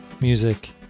music